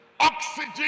Oxygen